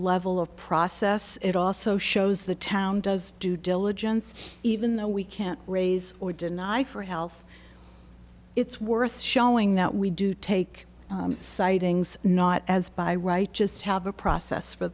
level of process it also shows the town does due diligence even though we can't raise or deny for health it's worth showing that we do take sightings not as by right just have a process for